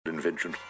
Invention